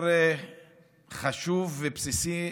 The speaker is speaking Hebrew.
מה יותר חשוב ובסיסי,